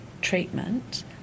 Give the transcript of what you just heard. treatment